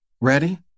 Ready